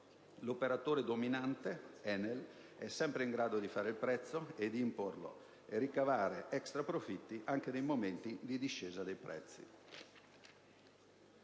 L'operatore dominante ENEL è sempre in grado di «fare il prezzo» e di imporlo, per ricavare extraprofitti anche nei momenti di discesa dei prezzi.